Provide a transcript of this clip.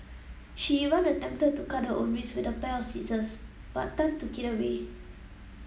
she even attempted to cut her own wrists with a pair of scissors but Tan took it away